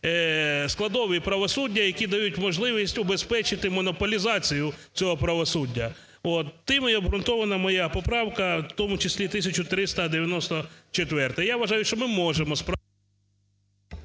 складові правосуддя, які дають можливість убезпечити монополізацію цього правосуддя. Тим і обґрунтована моя поправка, в тому числі 1394-а. Я вважаю, що ми можемо…